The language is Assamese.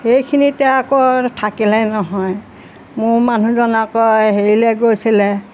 সেইখিনিতে আকৌ থাকিলে নহয় মোৰ মানুহজন আকৌ হেৰিলৈ গৈছিলে